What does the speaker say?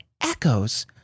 echoes